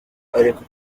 ariko